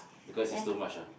because is too much ah